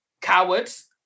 cowards